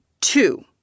Two